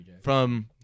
from-